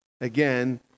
again